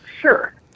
Sure